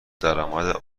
درامد